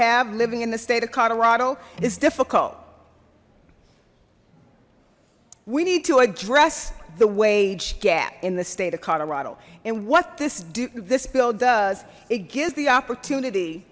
have living in the state of colorado is difficult we need to address the wage gap in the state of colorado and what this do this bill does it gives the opportunity